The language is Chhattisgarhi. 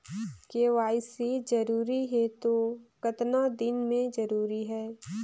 के.वाई.सी जरूरी हे तो कतना दिन मे जरूरी है?